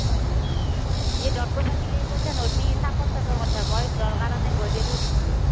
হয় নেকি এই দ'ৰটোত লাগলি এই কঠীয়া নৰবি চাপচ চাপৰ কাৰণে মই দ'ৰ কাৰণে গজেই থৈ দিছোঁ